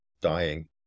dying